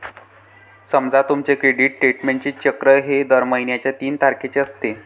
समजा तुमचे क्रेडिट स्टेटमेंटचे चक्र हे दर महिन्याच्या तीन तारखेचे असते